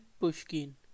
pushkin